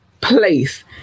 place